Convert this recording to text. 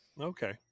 Okay